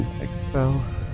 Expel